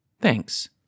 thanks